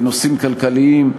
בנושאים כלכליים.